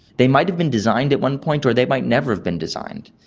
they might have been designed at one point or they might never have been designed.